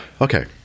okay